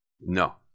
No